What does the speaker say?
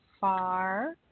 far